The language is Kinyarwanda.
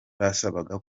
basabaga